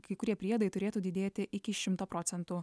kai kurie priedai turėtų didėti iki šimto procentų